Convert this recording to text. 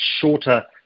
shorter